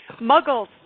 muggles